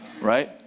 Right